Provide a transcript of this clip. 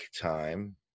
time